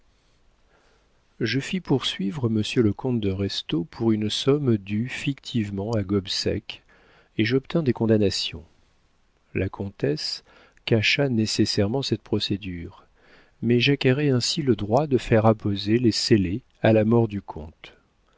je fis poursuivre monsieur le comte de restaud pour une somme due fictivement à gobseck et j'obtins des condamnations la comtesse cacha nécessairement cette procédure mais j'acquérais ainsi le droit de faire apposer les scellés à la mort du comte